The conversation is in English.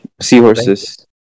Seahorses